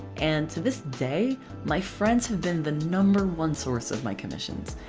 and to this day my friends have been the number one source of my commissions,